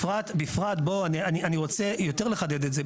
אני רוצה יותר לחדד את זה,